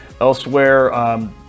Elsewhere